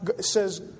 says